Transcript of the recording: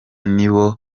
nibo